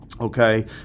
Okay